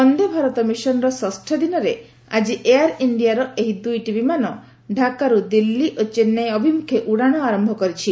ବନ୍ଦେ ଭାରତ ମିଶନର ଷଷ୍ଠ ଦିନରେ ଆକି ଏୟାର ଇଣ୍ଡିଆର ଏହି ଦୁଇଟି ବିମାନ ଢାକାରୁ ଦିଲ୍ଲୀ ଓ ଚେନ୍ନାଇ ଅଭିମୁଖେ ଉଡ଼ାଣ ଆରମ୍ଭ କରିଛି